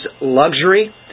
luxury